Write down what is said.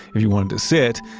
if you wanted to sit,